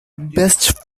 best